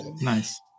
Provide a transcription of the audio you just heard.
Nice